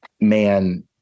man